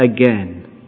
again